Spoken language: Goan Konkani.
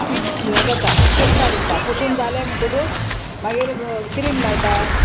हें करतात पुसता बिसता पुसून जालें म्हणटकूच मागीर क्रीम लायता